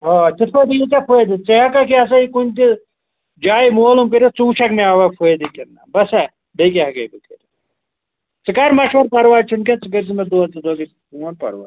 آ تِتھٕ پٲٹھۍ یہِ یی ژےٚ فٲیدٕ ژٕ ہیٚکَکھ یہِ ہسا یہِ کُنہِ تہِ جایہِ معلوٗم کٔرِتھ ژٕ وُچھَکھ مےٚ آوا فٲیدٕ کِنہٕ نہ بَس ہا بیٚیہِ کیٛاہ ہیٚکَے بہٕ کٔرِتھ ژٕ کرٕ مَشوَرٕ پَرواے چھُنہٕ کیٚنٛہہ ژٕ کٔرۍزِ مےٚدۄہ زٕ دۄہ گٔژھِتھ فون پرواے چھُنہٕ کیٚنٛہہ